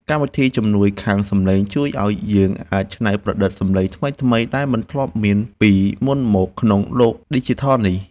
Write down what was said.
កម្មវិធីជំនួយខាងសំឡេងជួយឱ្យយើងអាចច្នៃប្រឌិតសំឡេងថ្មីៗដែលមិនធ្លាប់មានពីមុនមកក្នុងលោកឌីជីថលនេះ។